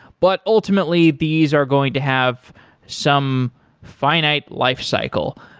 but ultimately these are going to have some finite lifecycle.